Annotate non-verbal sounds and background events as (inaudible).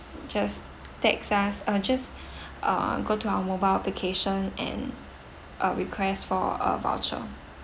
just text us uh just (breath) uh go to our mobile application and uh request for a voucher